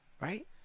right